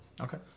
Okay